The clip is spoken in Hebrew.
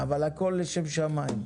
אבל הכול לשם שמים.